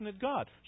God